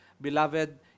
beloved